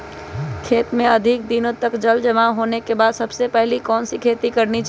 खेत में अधिक दिनों तक जल जमाओ होने के बाद सबसे पहली कौन सी खेती करनी चाहिए?